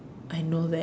I know that